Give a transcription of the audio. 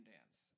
Dance